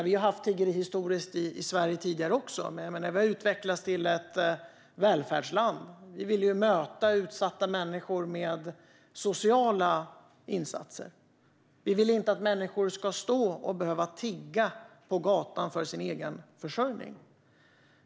Vi har haft tiggeri i Sverige också tidigare, historiskt sett, men vi har utvecklats till ett välfärdsland. Vi vill möta utsatta med sociala insatser. Vi vill inte att människor ska behöva tigga på gatan för sin egen försörjning.